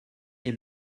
est